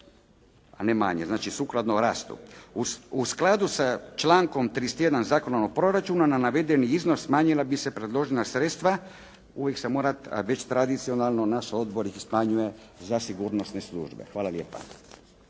a ne manje, znači sukladno rastu. U skladu sa člankom 31. Zakona o proračunu na navedeni iznos smanjila bi se predložena sredstva, uvijek se mora već tradicionalno naš odbor i smanjuje za sigurnosne službe. Hvala lijepo.